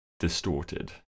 Distorted